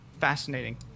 Fascinating